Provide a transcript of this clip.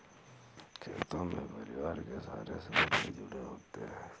खेती में परिवार के सारे सदस्य जुड़े होते है